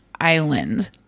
island